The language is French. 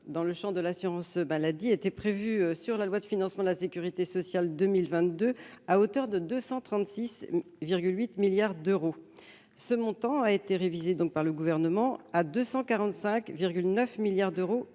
dans le champ de l'assurance maladie s'élevaient, dans la loi de financement de la sécurité sociale pour 2022, à 236,8 milliards d'euros. Ce montant a été révisé par le Gouvernement à 245,9 milliards d'euros